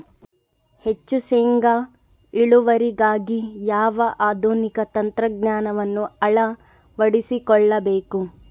ಹೆಚ್ಚು ಶೇಂಗಾ ಇಳುವರಿಗಾಗಿ ಯಾವ ಆಧುನಿಕ ತಂತ್ರಜ್ಞಾನವನ್ನು ಅಳವಡಿಸಿಕೊಳ್ಳಬೇಕು?